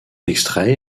extrait